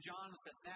Jonathan